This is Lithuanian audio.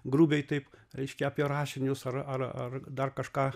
grubiai taip reiškia apie rašinius ar ar ar dar kažką